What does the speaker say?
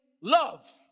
love